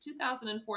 2004